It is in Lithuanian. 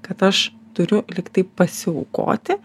kad aš turiu lyg tai pasiaukoti